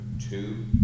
two